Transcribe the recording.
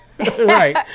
Right